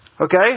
okay